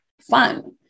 fun